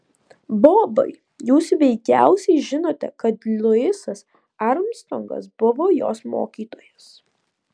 bobai jūs veikiausiai žinote kad luisas armstrongas buvo jos mokytojas